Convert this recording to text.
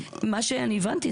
מה שהבנתי,